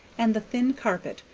and the thin carpet,